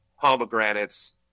pomegranates